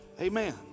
Amen